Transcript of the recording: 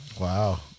Wow